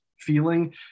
feeling